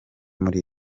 muri